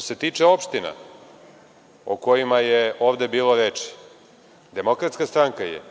se tiče opština o kojima je ovde bilo reči, DS je